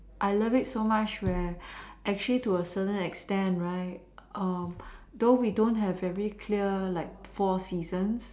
I love it so much where actually to a certain extent right though we don't have very clear four seasons